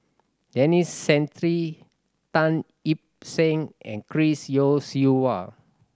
Denis Santry Tan Yip Seng and Chris Yeo Siew Hua